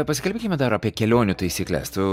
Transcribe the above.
pasikalbėkime dar apie kelionių taisykles tu